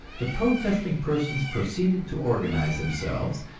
the protesting persons proceeded to organize themselves,